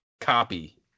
copy